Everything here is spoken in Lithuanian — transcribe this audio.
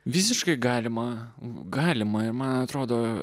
visiškai galima galima man atrodo